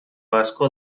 asko